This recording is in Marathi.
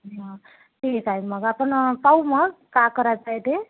ठीक आहे मग आपण पाहू मग का करायचं आहे ते